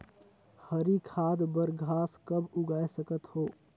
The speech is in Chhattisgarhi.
हरी खाद बर घास कब उगाय सकत हो?